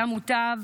היה מוטב